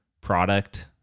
product